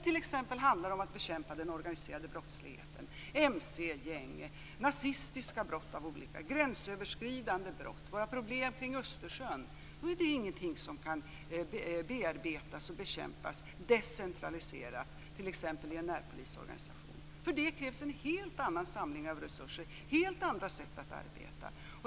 T.ex. kan den organiserade brottsligheten, mc-gäng, nazistiska brott, gränsöverskridande brott och problemen kring Östersjön inte bearbetas och bekämpas decentraliserat i exempelvis en närpolisorganisation. För detta krävs en helt annan samling av resurser och helt andra sätt att arbeta.